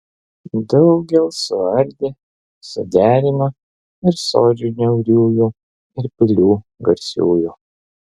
daugel suardė suderino ir sodžių niauriųjų ir pilių garsiųjų